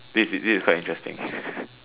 this this is quite interesting